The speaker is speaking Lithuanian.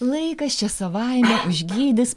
laikas čia savaime užgydys